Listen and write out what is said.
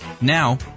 Now